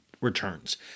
returns